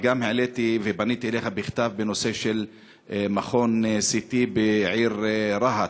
וגם העליתי ופניתי אליך בכתב בנושא של מכון CT בעיר רהט.